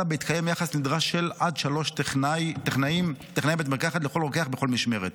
אלא בהתקיים יחס נדרש של עד שלושה טכנאי בית מרקחת לכל רוקח בכל משמרת.